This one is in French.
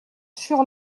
sur